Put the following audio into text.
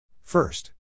First